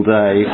day